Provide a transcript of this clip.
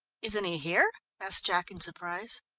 isn't he here? asked jack in surprise.